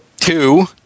two